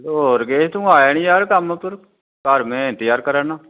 hello Rakesh तूं आया नी यार कम्म उप्पर घर में इंतजार करा ना